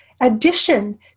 addition